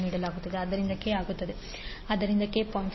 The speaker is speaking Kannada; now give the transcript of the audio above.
56 ಆದ್ದರಿಂದ k 0